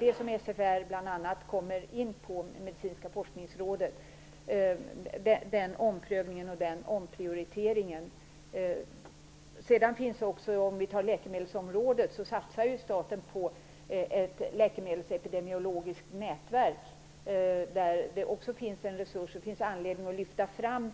Det är bl.a. denna omprövning och omprioritering som Medicinska forskningsrådet kommer in på. På t.ex. läkemedelsområdet satsar ju staten på ett läkemedelsepidemiologiskt nätverk där det också finns en resurs. Det finns anledning att lyfta fram